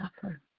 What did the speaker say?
suffer